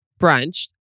brunch